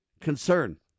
concern